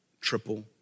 triple